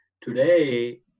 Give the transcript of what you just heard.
today